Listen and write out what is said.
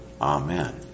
Amen